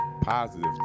positive